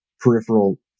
peripheral